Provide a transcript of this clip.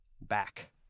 back